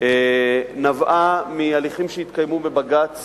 נבעה מהליכים שהתקיימו בבג"ץ